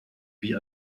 wie